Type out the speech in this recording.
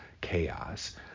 chaos